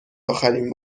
اخرین